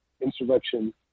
insurrection